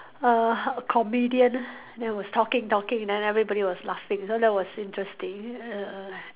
a a comedian then was talking talking then everybody was laughing so that was interesting err